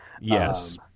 Yes